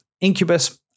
Incubus